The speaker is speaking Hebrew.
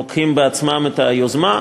לוקחות בעצמן את היוזמה,